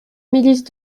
milice